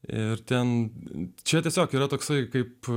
ir ten čia tiesiog yra toksai kaip